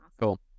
cool